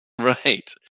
Right